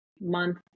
month